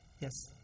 Yes